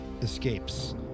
escapes